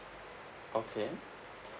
okay